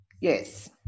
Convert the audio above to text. yes